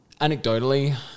Anecdotally